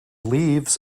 leaves